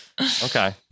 okay